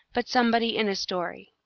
but somebody in a story.